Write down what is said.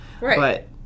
Right